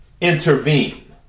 intervene